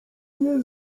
nie